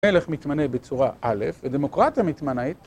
מלך מתמנה בצורה א', ודמוקרטיה מתמנית...